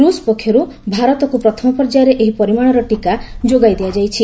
ରୁଷ ପକ୍ଷରୁ ଭାରତକୁ ପ୍ରଥମ ପର୍ଯ୍ୟାୟରେ ଏହି ପରିମାଣର ଟିକା ଯୋଗାଇ ଦିଆଯାଇଛି